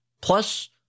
plus